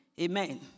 Amen